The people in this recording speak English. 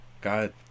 God